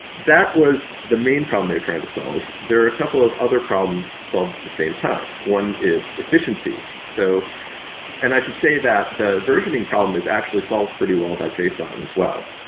that was the main problem they're trying to solve. there are a couple of other problems solved at the same time. one is efficiency. so and i should say that the versioning problem is actually solved pretty well by json as well.